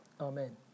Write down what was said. amen